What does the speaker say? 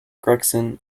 gregson